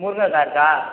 முருங்கக்காய் இருக்கா